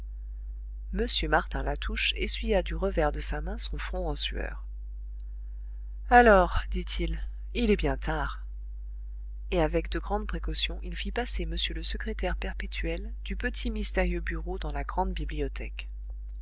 m martin latouche essuya du revers de sa main son front en sueur alors dit-il il est bien tard et avec de grandes précautions il fit passer m le secrétaire perpétuel du petit mystérieux bureau dans la grande bibliothèque